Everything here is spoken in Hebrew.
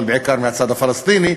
אבל בעיקר מהצד הפלסטיני.